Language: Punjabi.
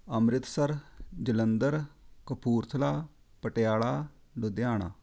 ਅੰਮ੍ਰਿਤਸਰ ਜਲੰਧਰ ਕਪੂਰਥਲਾ ਪਟਿਆਲਾ ਲੁਧਿਆਣਾ